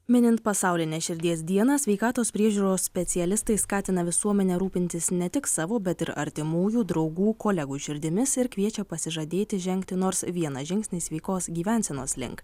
minint pasaulinę širdies dieną sveikatos priežiūros specialistai skatina visuomenę rūpintis ne tik savo bet ir artimųjų draugų kolegų širdimis ir kviečia pasižadėti žengti nors vieną žingsnį sveikos gyvensenos link